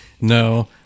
No